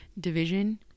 division